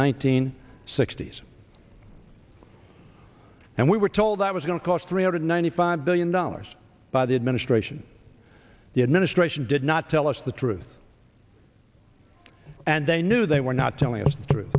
hundred sixty s and we were told that was going to cost three hundred ninety five billion dollars by the administration the administration did not tell us the truth and they knew they were not telling us the truth